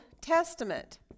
Testament